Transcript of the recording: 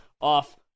off